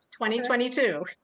2022